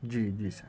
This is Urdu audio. جی جی سر